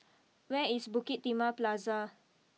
where is Bukit Timah Plaza